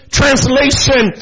translation